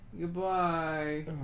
Goodbye